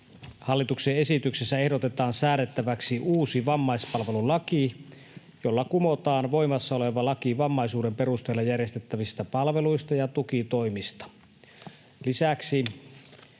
Hallituksen esityksessä ehdotetaan säädettäväksi uusi vammaispalvelulaki, jolla kumotaan voimassa oleva laki vammaisuuden perusteella järjestettävistä palveluista ja tukitoimista.